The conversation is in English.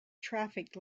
traffic